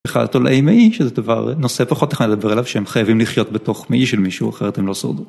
בכלל תולעי מעי, שזה דבר, נושא פחות נחמד לדבר עליו, שהם חייבים לחיות בתוך מעי של מישהו, אחרת הם לא שורדות